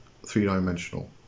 three-dimensional